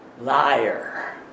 liar